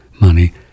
money